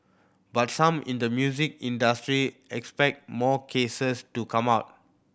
but some in the music industry expect more cases to come out